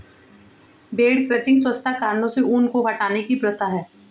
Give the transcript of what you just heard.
भेड़ क्रचिंग स्वच्छता कारणों से ऊन को हटाने की प्रथा है